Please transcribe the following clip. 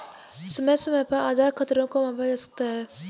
समय समय पर आधार खतरों को मापा जा सकता है